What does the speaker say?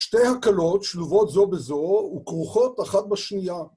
שתי הקלות שלובות זו בזו וכרוכות אחת בשנייה.